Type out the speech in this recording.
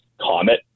comet